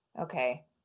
okay